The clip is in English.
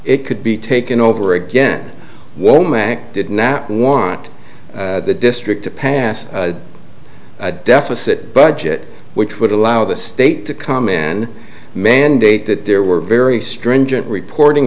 it could be taken over again womack did not want the district to pass a deficit budget which would allow the state to come in and mandate that there were very stringent reporting